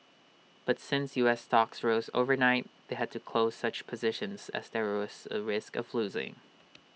but since U S stocks rose overnight they had to close such positions as there was A risk of losing